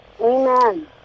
Amen